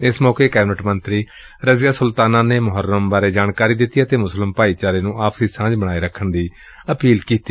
ਏਸ ਮੌਕੇ ਕੈਬਨਿਟ ਮੰਤਰੀ ਰਜ਼ੀਆ ਸੁਲਤਾਨਾ ਨੇ ਮੁਹੱਰਮ ਬਾਰੇ ਜਾਣਕਾਰੀ ਦਿੱਤੀ ਅਤੇ ਮੁਸਲਿਮ ਭਾਈਚਾਰੇ ਨੂੰ ਆਪਸੀ ਸਾਂਝ ਬਣਾਏ ਰੱਖਣ ਦੀ ਅਪੀਲ ਕੀਤੀ